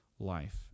Life